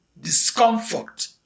discomfort